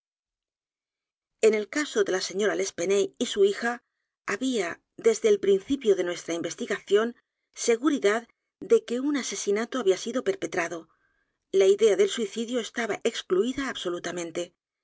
n el caso de la señora l'espanaye y su hija había desde el principio de nuestra investigación seguridad de que un asesinato había sido perpetrado la idea del suicidio estaba excluida